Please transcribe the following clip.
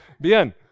Bien